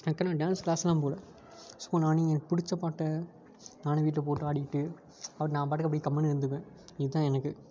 அதுக்கு நான் டேன்ஸ் க்ளாஸ்லாம் போகல ஸோ நானே எனக்கு பிடிச்சப் பாட்டை நானே வீட்டில் போட்டு ஆடிக்கிட்டு அப்படி நான் பாட்டுக்கு அப்படியே கம்முன்னு இருந்துக்குவேன் இதுதான் எனக்கு